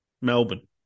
Melbourne